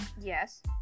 Yes